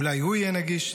אולי הוא יהיה נגיש,